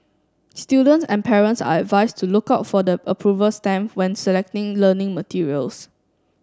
students and parents are advise to look out for the approval stamp when selecting learning materials